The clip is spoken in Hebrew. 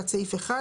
תת סעיף 1,